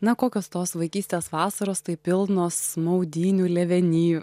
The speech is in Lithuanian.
na kokios tos vaikystės vasaros tai pilnos maudynių lėveny